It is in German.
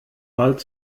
bald